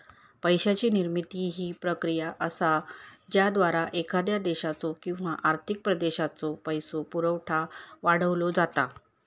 पैशाची निर्मिती ही प्रक्रिया असा ज्याद्वारा एखाद्या देशाचो किंवा आर्थिक प्रदेशाचो पैसो पुरवठा वाढवलो जाता